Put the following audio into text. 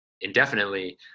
indefinitely